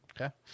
Okay